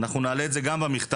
ואנחנו נעלה את זה גם במכתב,